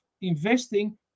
investing